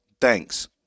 Thanks